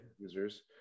users